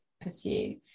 pursue